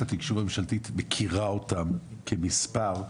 התקשוב הממשלתית מכירה אותם כמספר,